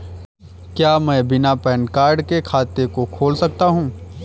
क्या मैं बिना पैन कार्ड के खाते को खोल सकता हूँ?